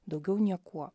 daugiau niekuo